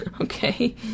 okay